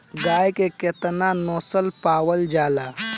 गाय के केतना नस्ल पावल जाला?